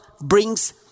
Brings